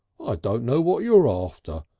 i don't know what you're after,